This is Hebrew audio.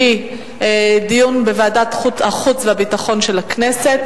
והיא דיון בוועדת החוץ והביטחון של הכנסת,